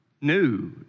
new